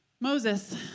Moses